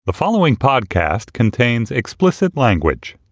the following podcast contains explicit language